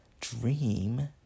dream